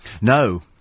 No